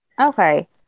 Okay